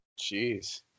Jeez